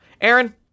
Aaron